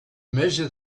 measure